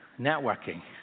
networking